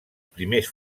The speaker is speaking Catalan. primers